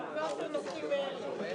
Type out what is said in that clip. נפלה.